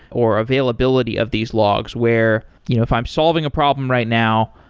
or availability of these logs where you know if i'm solving a problem right now,